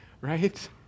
Right